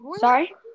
Sorry